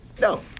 No